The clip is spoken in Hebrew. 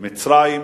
מצרים,